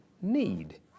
need